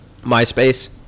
MySpace